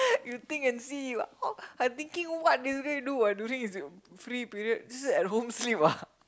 you think and see how I thinking what this guy do while during his free period just sit at home sleep ah